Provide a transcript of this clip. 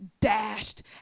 dashed